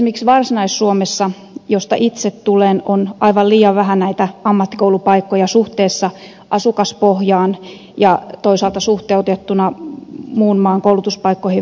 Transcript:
esimerkiksi varsinais suomessa josta itse tulen on aivan liian vähän näitä ammattikoulupaikkoja suhteessa asukaspohjaan ja toisaalta suhteutettuna muun maan koulutuspaikkoihin